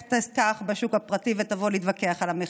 ללכת לשוק הפרטי ולבוא להתווכח על המחיר.